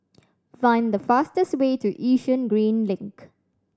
find the fastest way to Yishun Green Link